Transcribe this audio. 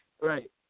Right